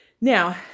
now